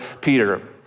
peter